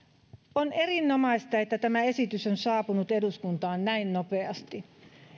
on erinomaista että tämä esitys on saapunut eduskuntaan näin nopeasti